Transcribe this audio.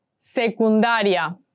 Secundaria